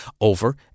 over